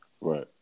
right